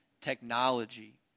technology